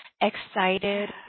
excited